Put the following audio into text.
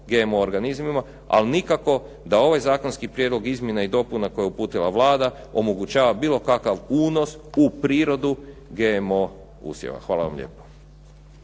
GMO organizmima, ali nikako da ovaj zakonski prijedlog izmjena i dopuna koji je uputila Vlada omogućava bilo kakav unos u prirodu GMO usjeva. Hvala vam lijepo.